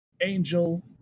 Angel